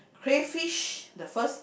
crayfish the first